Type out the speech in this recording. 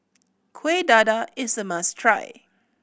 Kueh Dadar is a must try